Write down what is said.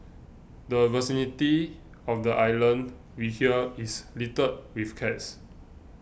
the vicinity of the island we hear is littered with cats